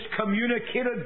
communicated